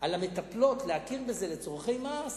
על המטפלות, להכיר בזה לצורכי מס,